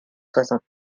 soixante